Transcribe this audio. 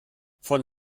von